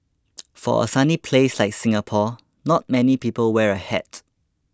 for a sunny place like Singapore not many people wear a hat